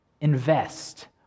invest